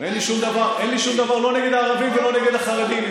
אין לי שום דבר לא נגד הערבים ולא נגד החרדים.